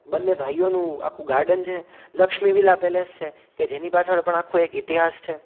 બંને ભાઈઓનું આખું ગાર્ડન છે લક્ષ્મી વિલા પેલેસ છે કે જેની પાછળ પણ આખો એક ઇતિહાસ છે